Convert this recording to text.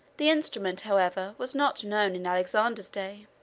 the instrument, however, was not known in alexander's day.